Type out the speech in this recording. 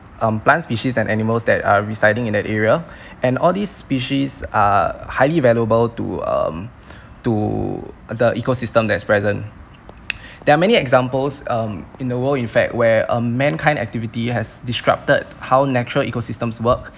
um plant species and animals that are residing in that area and all these species are highly valuable to um to the eco system that's present there are many examples um in the world in fact where um mankind activity has disrupted how natural eco systems work